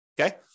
Okay